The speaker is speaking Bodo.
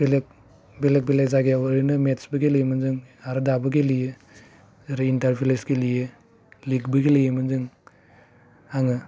बेलेग बेलेग बेलेग जायगायाव ओरैनो मेटसबो गेलेयोमोन जों आरो दाबो गेलेयो रिनथार भिलेस गेलेयो लिगबो गेलेयोमोन जोङो आङो